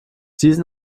diesen